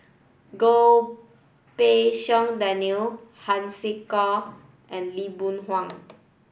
Goh Pei Siong Daniel Han Sai and Lee Boon Wang